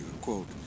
quote